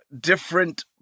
different